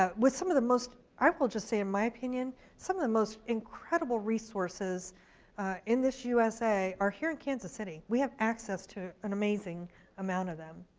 um with some of the most, i will just say in my opinion, some of the most incredible resources in this u s a. are here in kansas city. we have access to an amazing amount of them.